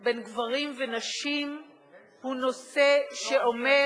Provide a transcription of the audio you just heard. בין גברים ונשים הוא נושא שעומד,